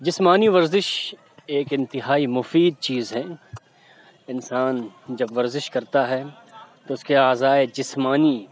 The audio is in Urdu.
جسمانی ورزش ایک انتہائی مفید چیز ہے انسان جب ورزش کرتا ہے تو اس کے اعضائے جسمانی